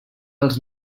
als